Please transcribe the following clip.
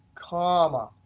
comma,